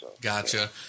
Gotcha